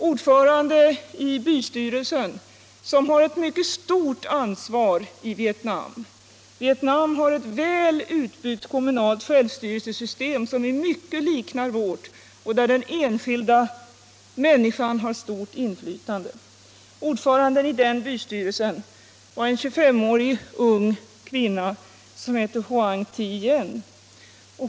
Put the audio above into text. Ordförande i bystyrelsen, som har ett mycket stort ansvar i Vietnam — Vietnam har ett väl utbyggt system för kommunal självstyrelse som i mycket liknar vårt och där den enskilda människan har stort inflytande — var en ung 2S5-årig kvinna som hette Hoang Thi Yen.